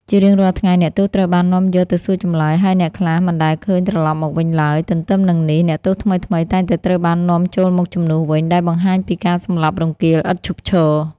ជារៀងរាល់ថ្ងៃ អ្នកទោសត្រូវបាននាំយកទៅសួរចម្លើយ ហើយអ្នកខ្លះមិនដែលឃើញត្រឡប់មកវិញឡើយ។ ទន្ទឹមនឹងនេះ អ្នកទោសថ្មីៗតែងតែត្រូវបាននាំចូលមកជំនួសវិញ ដែលបង្ហាញពីការសម្លាប់រង្គាលឥតឈប់ឈរ។